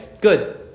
good